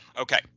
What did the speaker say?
Okay